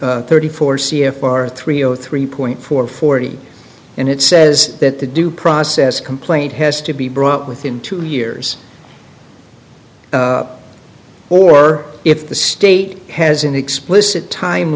thirty four c f r three zero three point four forty and it says that the due process complaint has to be brought within two years or if the state has an explicit time